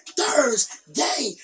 Thursday